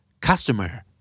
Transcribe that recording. Customer